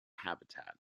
habitat